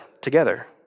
together